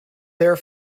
there